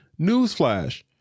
Newsflash